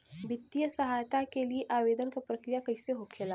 वित्तीय सहायता के लिए आवेदन क प्रक्रिया कैसे होखेला?